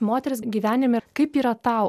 moters gyvenime kaip yra tau